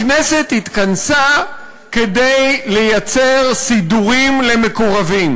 הכנסת התכנסה כדי לייצר סידורים למקורבים,